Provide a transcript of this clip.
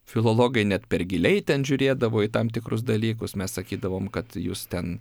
filologai net per giliai ten žiūrėdavo į tam tikrus dalykus mes sakydavom kad jūs ten